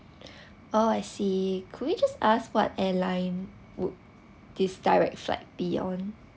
oh I see could we just asked what airline would give direct flight beyond